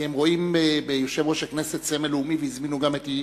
כי הם רואים ביושב-ראש הכנסת סמל לאומי והזמינו גם אותה,